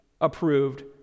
approved